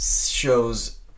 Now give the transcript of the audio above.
shows